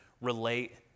relate